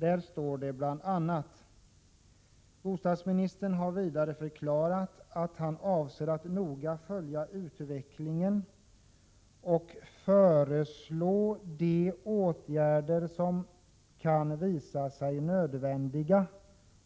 Där står bl.a.: Bostadsministern har vidare förklarat att han ”avser att noga följa utvecklingen och föreslå de åtgärder som kan visa sig nödvändiga